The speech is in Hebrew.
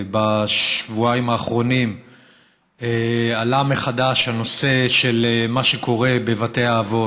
בשבועיים האחרונים עלה מחדש הנושא של מה קורה בבתי האבות,